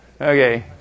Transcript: Okay